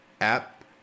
App